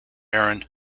erin